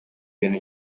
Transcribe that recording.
ibintu